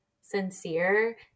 sincere –